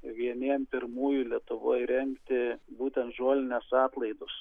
vieniem pirmųjų lietuvoje rengti būtent žolinės atlaidus